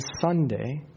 Sunday